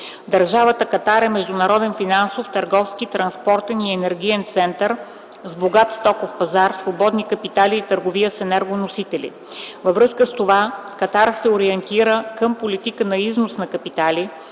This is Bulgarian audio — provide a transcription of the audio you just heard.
Държавата Катар е международен финансов, търговски, транспортен и енергиен център с богат стоков пазар, свободни капитали и търговия с енергоносители. Във връзка с това Катар се ориентира към политика на износ на капитали